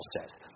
says